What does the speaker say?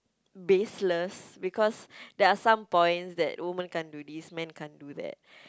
baseless because they are some points that women can't do this men can't do that